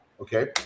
okay